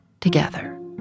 together